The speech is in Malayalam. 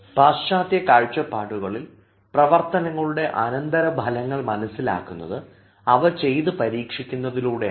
പശ്ചാത്യ കാഴ്ചപ്പാടുകളിൽ പ്രവർത്തനങ്ങളുടെ അനന്തരഫലങ്ങൾ മനസ്സിലാക്കുന്നത് അവ ചെയ്ത പരീക്ഷിക്കുന്നതിലൂടെയാണ്